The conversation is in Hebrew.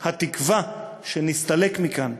התקווה שנסתלק מכאן.